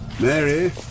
Mary